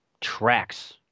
tracks